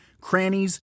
crannies